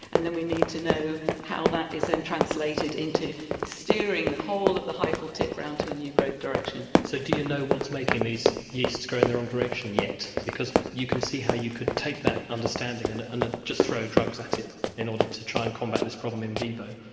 and then we need to know how that is then translated into steering the whole of the hyphal tip around to a new growth direction. so do you know what's making these yeasts grow in the wrong direction yet? because you can see how you could take that understanding and and then just throw drugs at it in order to try and combat this problem in vivo.